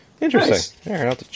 Interesting